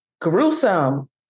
gruesome